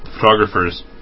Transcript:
photographers